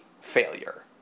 failure